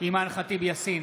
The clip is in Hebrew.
אימאן ח'טיב יאסין,